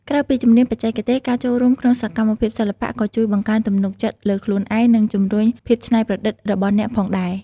ក្រៅពីជំនាញបច្ចេកទេស ការចូលរួមក្នុងសកម្មភាពសិល្បៈក៏ជួយបង្កើនទំនុកចិត្តលើខ្លួនឯង និងជំរុញភាពច្នៃប្រឌិតរបស់អ្នកផងដែរ។